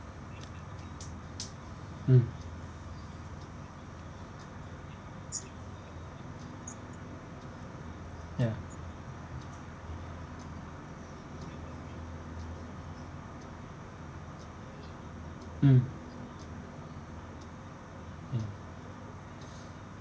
mm ya mm